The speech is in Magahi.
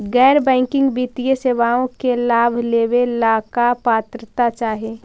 गैर बैंकिंग वित्तीय सेवाओं के लाभ लेवेला का पात्रता चाही?